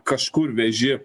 kažkur veži